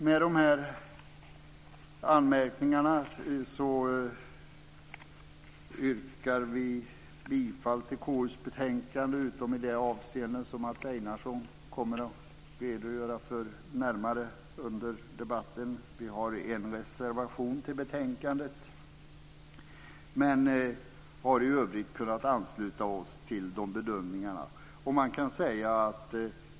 Med dessa anmärkningar yrkar vi på godkännande av utskottets anmälan utom i de avseenden som Mats Einarsson kommer att redogöra för närmare under debatten. Vi har en reservation i betänkandet, men i övrigt har vi kunnat ansluta oss till bedömningarna.